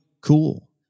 cool